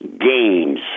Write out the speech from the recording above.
games